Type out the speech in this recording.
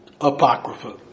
Apocrypha